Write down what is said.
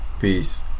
Peace